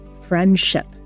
friendship